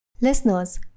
Listeners